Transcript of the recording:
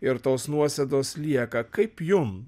ir tos nuosėdos lieka kaip jum